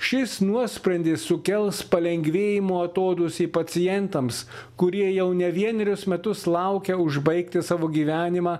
šis nuosprendis sukels palengvėjimo atodūsį pacientams kurie jau ne vienerius metus laukia užbaigti savo gyvenimą